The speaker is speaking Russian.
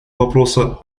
вопроса